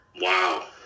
Wow